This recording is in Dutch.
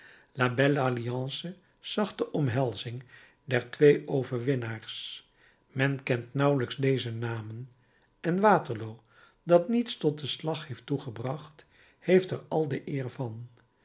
la belle alliance zag de omhelzing der twee overwinnaars men kent nauwelijks deze namen en waterloo dat niets tot den slag heeft toegebracht heeft er al de